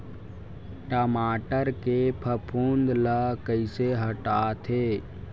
टमाटर के फफूंद ल कइसे हटाथे?